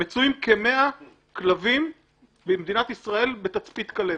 מצויים כ-100 כלבים במדינת ישראל בתצפית כלבת.